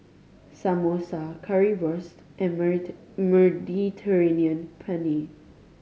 Samosa Currywurst and Mediterranean Penne